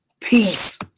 Peace